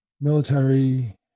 military